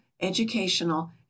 educational